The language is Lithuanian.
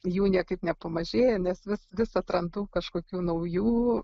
jų niekaip nepamažėja nes vis vis atrandu kažkokių naujų